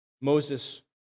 Moses